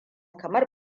kamar